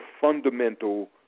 fundamental